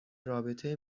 رابطه